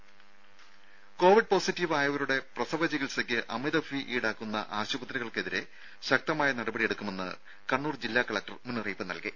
രുര covid positive ആയവരുടെ പ്രസവ ചികിത്സക്ക് അമിത ഫീസ് ഇൌടാക്കുന്ന ആശുപത്രികൾക്കെതിരെ ശക്തമായ നടപടിയെടുക്കുമെന്ന് കണ്ണൂർ ജില്ലാ കലക്ടർ മുന്നറിയിപ്പ് നൽകി